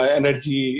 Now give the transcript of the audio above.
energy